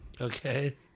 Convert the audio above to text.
okay